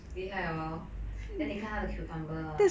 厉害 hor then 你看他的 cucumber